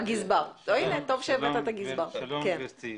שלום גברתי.